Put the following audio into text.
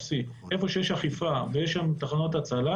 איפה שיש אכיפה ויש תחנות הצלה